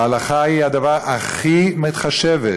וההלכה היא הדבר הכי מתחשב,